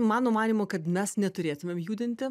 mano manymu kad mes neturėtumėm judinti